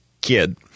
kid